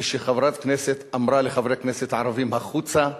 כשחברת כנסת אמרה לחברי כנסת ערבים: החוצה,